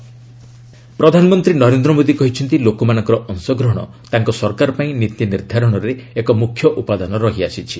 PM JP Morgan ପ୍ରଧାନମନ୍ତ୍ରୀ ନରେନ୍ଦ୍ର ମୋଦି କହିଛନ୍ତି ଲୋକମାନଙ୍କର ଅଂଶଗ୍ରହଣ ତାଙ୍କ ସରକାର ପାଇଁ ନୀତି ନିର୍ଦ୍ଧାରଣରେ ଏକ ମୁଖ୍ୟ ଉପାଦାନ ରହିଆସିଛି